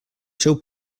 seu